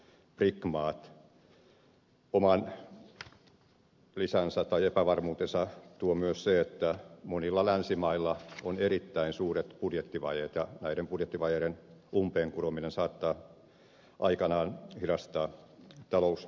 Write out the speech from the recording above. oman lisänsä tai epävarmuutensa tuo myös se että monilla länsimailla on erittäin suuret budjettivajeet ja näiden budjettivajeiden umpeen kurominen saattaa aikanaan hidastaa talouskasvua